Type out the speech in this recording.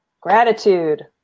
Gratitude